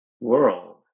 world